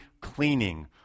cleaning